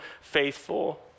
faithful